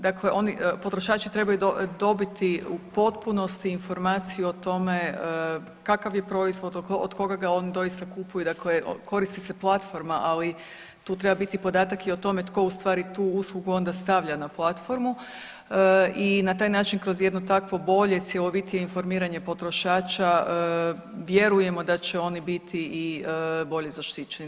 Dakle, potrošači trebaju dobiti u potpunosti informaciju o tome kakav je proizvod, od koga ga on doista kupuje, dakle koristi se platforma ali tu treba biti podatak i o tome tko ustvari tu uslugu onda stavlja na platformu i na taj način kroz jedno takvo bolje cjelovitije informiranje potrošača vjerujemo da će oni biti i bolje zaštićeni.